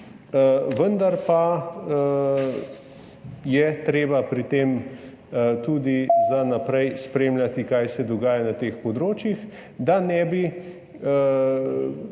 vendar pa je treba pri tem tudi za naprej spremljati, kaj se dogaja na teh področjih, da ne bi